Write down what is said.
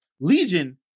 Legion